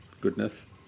goodness